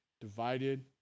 divided